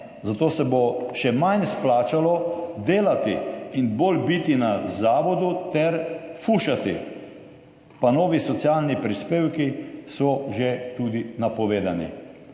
zato se bo še manj splačalo delati in bolj biti na zavodu ter fušati. Pa novi socialni prispevki so že tudi napovedani.